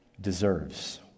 deserves